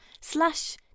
slash